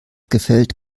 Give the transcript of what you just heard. gefällt